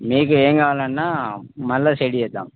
మీకు ఏం కావాలన్నా మళ్ళా సెట్ చేద్దాం